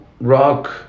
rock